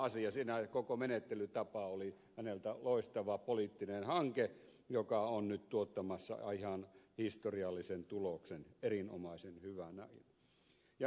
tässä asiassa koko menettelytapa oli häneltä loistava poliittinen hanke joka on nyt tuottamassa ihan historiallisen tuloksen erinomaisen hyvä näin